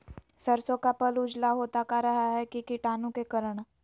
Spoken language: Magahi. सरसो का पल उजला होता का रहा है की कीटाणु के करण?